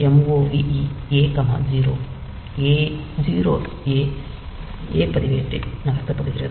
move A 0 0 A பதிவேட்டில் நகர்த்தப்படுகிறது